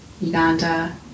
Uganda